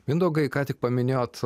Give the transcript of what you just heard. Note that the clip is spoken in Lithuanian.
mindaugai ką tik paminėjot